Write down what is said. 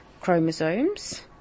chromosomes